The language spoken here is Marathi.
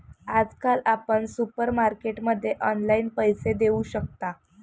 आजकाल आपण सुपरमार्केटमध्ये ऑनलाईन पैसे देऊ शकता